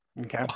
okay